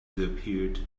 disappeared